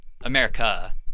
America